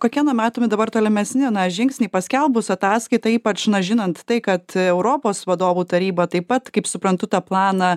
kokie numatomi dabar tolimesni žingsniai paskelbus ataskaitą ypač na žinant tai kad europos vadovų taryba taip pat kaip suprantu tą planą